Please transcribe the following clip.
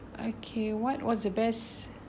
okay what was the best